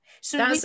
So-